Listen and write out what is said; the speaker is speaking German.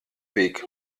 weg